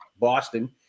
Boston